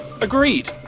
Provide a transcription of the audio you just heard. Agreed